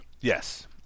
Yes